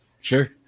sure